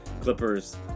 Clippers